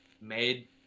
made